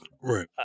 right